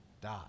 die